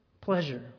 pleasure